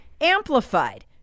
amplified